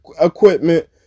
equipment